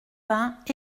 vingt